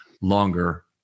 longer